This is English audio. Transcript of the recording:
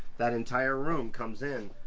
that entire room comes in,